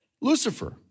Lucifer